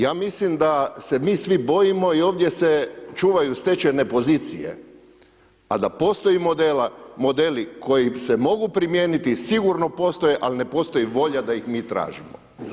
Ja mislim da se mi svi bojimo i ovdje se čuvaju stečene pozicije, a da postojimo modeli koji se mogu primijeniti, sigurno postoje, ali ne postoji volja da ih mi tražimo.